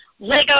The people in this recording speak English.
Lego